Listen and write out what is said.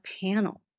panel